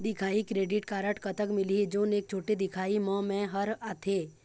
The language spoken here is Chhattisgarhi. दिखाही क्रेडिट कारड कतक मिलही जोन एक छोटे दिखाही म मैं हर आथे?